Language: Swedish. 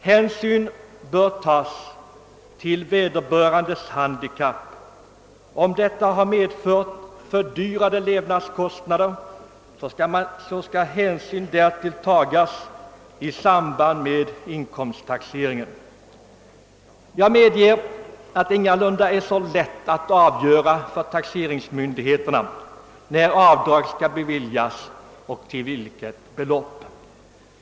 Hänsyn bör tagas till vederbörandes speciella handikapp. Om detta har medfört fördyrande levnadskostnader, skall hänsyn därtill tagas i samband med inkomsttaxeringen. Jag medger att det ingalunda är så lätt för taxeringsmyndigheterna att avgöra när avdrag skall beviljas och hur stort det skall vara.